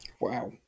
Wow